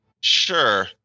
Sure